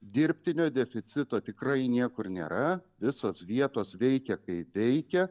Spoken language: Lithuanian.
dirbtinio deficito tikrai niekur nėra visos vietos veikia kai teikia